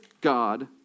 God